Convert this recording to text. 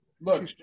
look